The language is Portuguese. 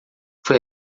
foi